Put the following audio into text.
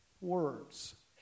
words